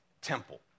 temple